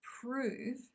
prove